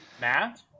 Matt